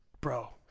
bro